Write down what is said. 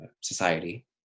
society